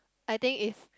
I think if